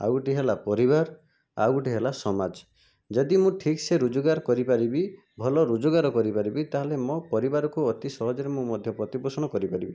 ଆଉ ଗୋଟିଏ ହେଲା ପରିବାର ଆଉ ଗୋଟିଏ ହେଲା ସମାଜ ଯଦି ମୁଁ ଠିକ୍ସେ ରୋଜଗାର କରିପାରିବି ଭଲ ରୋଜଗାର କରିପାରିବି ତା'ହେଲେ ମୋ' ପରିବାରକୁ ଅତି ସହଜରେ ମୁଁ ମଧ୍ୟ ପ୍ରତିପୋଷଣ କରିପାରିବି